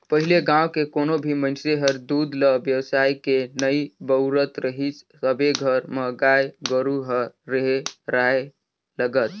पहिले गाँव के कोनो भी मइनसे हर दूद ल बेसायके नइ बउरत रहीस सबे घर म गाय गोरु ह रेहे राहय लगत